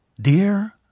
Dear